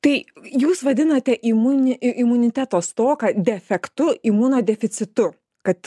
tai jūs vadinate imuninį imuniteto stoką defektu imunodeficitu kad